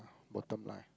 bottom line